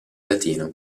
latino